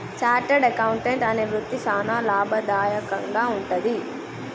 chartered accountant అనే వృత్తి సానా లాభదాయకంగా వుంటది